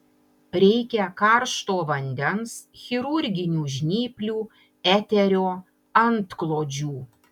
reikia karšto vandens chirurginių žnyplių eterio antklodžių